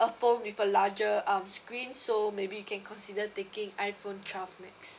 a phone with a larger um screen so maybe you can consider taking iphone twelve max